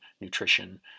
nutrition